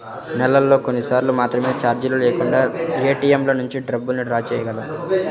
నెలలో కొన్నిసార్లు మాత్రమే చార్జీలు లేకుండా ఏటీఎంల నుంచి డబ్బుల్ని డ్రా చేయగలం